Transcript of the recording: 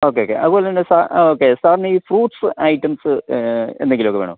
okay okay അതുപോലെ തന്നെ sir okay സാറിന് ഈ ഫ്രൂട്ട്സ് ഐറ്റംസ് എന്തെങ്കിലുമൊക്കെ വേണോ